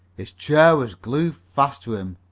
his chair was glued fast to him,